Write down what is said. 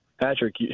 Patrick